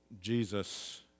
Jesus